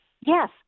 yes